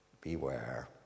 beware